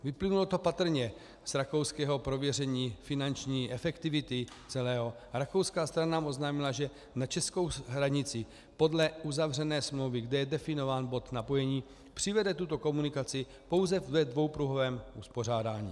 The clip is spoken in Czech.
Vyplynulo to patrně z rakouského prověření finanční efektivity celého rakouská strana nám oznámila, že na českou hranici podle uzavřené smlouvy, kde je definován bod napojení, přivede tuto komunikaci pouze ve dvoupruhovém uspořádání.